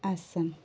Assam